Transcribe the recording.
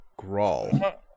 grawl